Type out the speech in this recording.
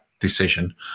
decision